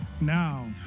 Now